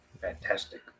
Fantastic